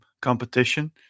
competition